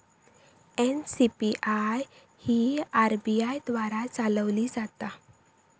NCPI ही RBI द्वारा चालवली जाता